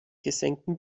gesenktem